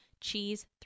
Cheese